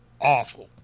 awful